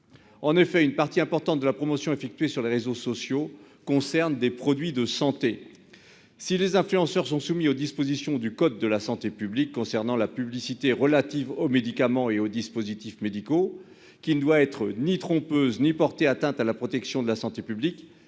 En effet une partie importante de la promotion effectuée sur les réseaux sociaux concernent des produits de santé. Si les influenceurs sont soumis aux dispositions du code de la santé publique concernant la publicité relative aux médicaments et aux dispositifs médicaux qui ne doit être ni trompeuse ni porter atteinte à la protection de la santé publique,